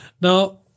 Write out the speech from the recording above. Now